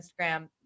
Instagram